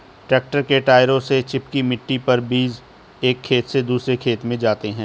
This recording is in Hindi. ट्रैक्टर के टायरों से चिपकी मिट्टी पर बीज एक खेत से दूसरे खेत में जाते है